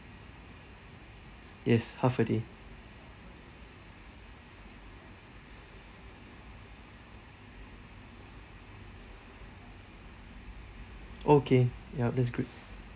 yes half a day okay yup that's great